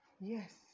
Yes